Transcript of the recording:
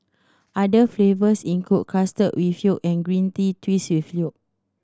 other flavours include custard with yolk and green tea twist with yolk